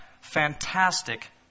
fantastic